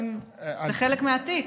זה חלק מהתיק.